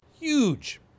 huge